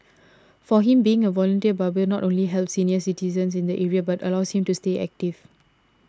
for him being a volunteer barber not only helps senior citizens in the area but allows him to stay active